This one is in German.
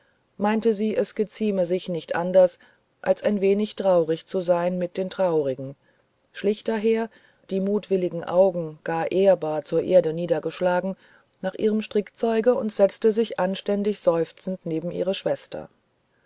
meinte sie es gezieme sich nicht anders als ein wenig traurig zu sein mit den traurigen schlich daher die mutwilligen augen gar ehrbar zur erde niederschlagend nach ihrem strickzeuge und setzte sich anständig seufzend neben ihre schwester